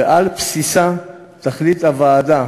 ועל בסיסה תחליט הוועדה